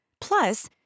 Plus